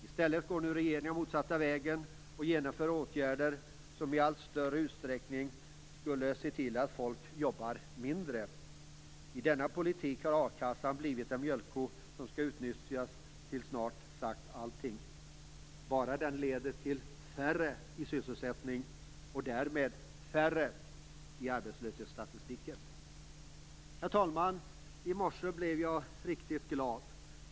I stället går nu regeringen den motsatta vägen och genomför åtgärder som i allt större utsträckning medverkar till att folk jobbar mindre. I denna politik har a-kassan blivit en mjölkko som skall utnyttjas till snart sagt allting, bara den leder till färre i sysselsättning och därmed färre i arbetslöshetsstatistiken. Herr talman! I morse blev jag riktigt glad.